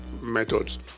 methods